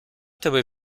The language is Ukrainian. тебе